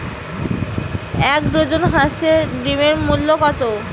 এক ডজন হাঁসের ডিমের মূল্য কত?